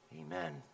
Amen